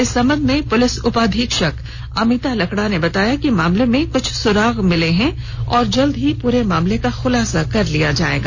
इस संबंध में पुलिस उपाधीक्षक अमिता लकड़ा ने बताया कि इस मामले में कुछ सुराग मिला है जल्द ही पूरे मामले का खुलासा कर लिया जायेगा